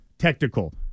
Technical